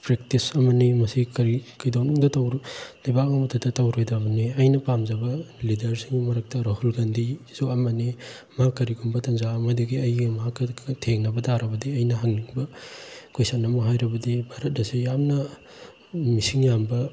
practice ꯑꯃꯅꯤ ꯃꯁꯤ ꯀꯔꯤ ꯀꯩꯗꯧꯅꯨꯡꯗ ꯂꯩꯕꯥꯛ ꯑꯃꯗꯇ ꯇꯧꯔꯣꯏꯗꯕꯅꯤ ꯑꯩꯅ ꯄꯥꯝꯖꯕ ꯂꯤꯗꯔꯁꯤꯡ ꯃꯔꯛꯇ ꯔꯥꯍꯨꯜ ꯒꯥꯟꯙꯤꯁꯨ ꯑꯃꯅꯤ ꯃꯥ ꯀꯔꯤꯒꯨꯝꯕ ꯇꯥꯟꯖꯥ ꯑꯃꯗꯒꯤ ꯑꯩꯒ ꯃꯥꯒꯒ ꯊꯦꯡꯅꯕ ꯇꯥꯔꯕꯗꯤ ꯑꯩꯅ ꯍꯪꯅꯤꯡꯕ ꯀꯣꯏꯁꯟ ꯑꯃ ꯍꯥꯏꯔꯕꯗꯤ ꯚꯥꯔꯠ ꯑꯁꯤ ꯌꯥꯝꯅ ꯃꯤꯁꯤꯡ ꯌꯥꯝꯕ